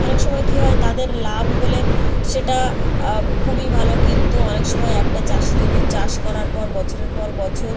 অনেক সময় কী হয় তাদের লাভ হলে সেটা খুবই ভালো কিন্তু অনেক সময় একটা চাষি যদি চাষ করার পর বছরের পর বছর